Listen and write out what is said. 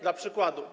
Dla przykładu.